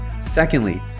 Secondly